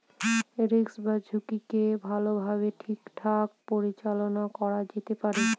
risk বা ঝুঁকিকে ভালোভাবে ঠিকঠাক পরিচালনা করা যেতে পারে